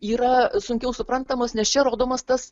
yra sunkiau suprantamos nes čia rodomas tas